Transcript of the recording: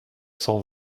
cent